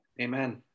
amen